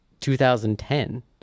2010